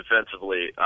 defensively